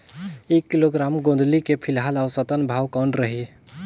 एक किलोग्राम गोंदली के फिलहाल औसतन भाव कौन रही?